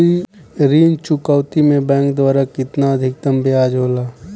ऋण चुकौती में बैंक द्वारा केतना अधीक्तम ब्याज होला?